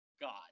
God